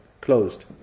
closed